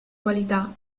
qualità